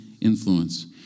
influence